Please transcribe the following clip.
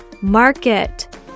Market